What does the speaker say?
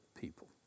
people